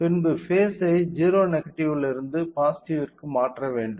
பின்பு பேஸ் ஐ 0 நெகடிவ்லிருந்து பாசிட்டிவ்ற்கு மாற்ற வேண்டும்